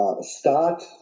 Start